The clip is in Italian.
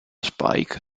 spike